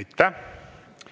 Aitäh!